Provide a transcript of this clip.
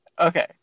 Okay